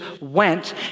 went